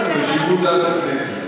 זה בשיקול דעת הכנסת.